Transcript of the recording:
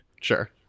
Sure